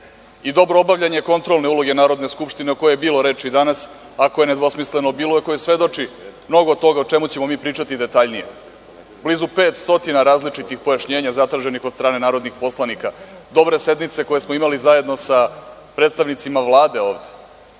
i dobro obavljanje kontrolne uloge Narodne skupštine o kojoj je bilo reči danas, ako je nedvosmisleno bilo koje svedoči mnogo toga o čemu ćemo mi pričati detaljnije. Blizu 500 različitih pojašnjenja zatraženih od strane narodnih poslanika, dobre sednice koje smo imali zajedno sa predstavnicima Vlade ovde